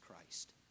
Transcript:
Christ